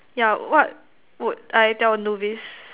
yeah what would I tell novice